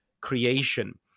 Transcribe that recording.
creation